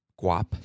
guap